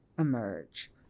emerge